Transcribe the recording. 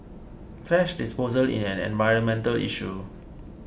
thrash disposal is an environmental issue